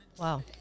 wow